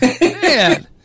Man